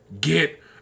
get